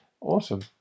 Awesome